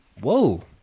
whoa